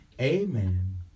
Amen